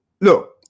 Look